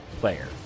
player